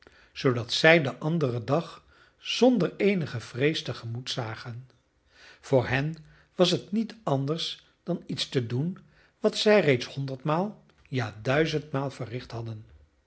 zoodat zij den anderen dag zonder eenige vrees tegemoet zagen voor hen was het niet anders dan iets te doen wat zij reeds honderdmaal ja duizendmaal verricht hadden